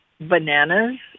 Bananas